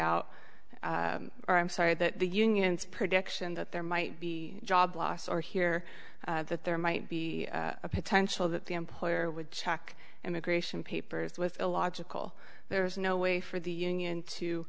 out or i'm sorry that the unions prediction that there might be job loss are here that there might be a potential that the employer would check immigration papers with illogical there is no way for the union to